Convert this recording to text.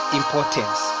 importance